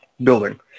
building